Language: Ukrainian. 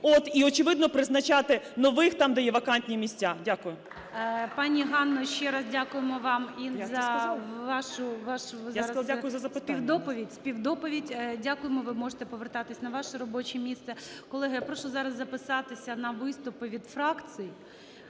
і, очевидно, призначати нових там, де є вакантні місця. Дякую. ГОЛОВУЮЧИЙ. Пані Ганно, ще раз дякуємо вам і за вашу співдоповідь. Дякуємо, ви можете повертатися на ваше робоче місце. Колеги, я прошу зараз записатися на виступи від фракцій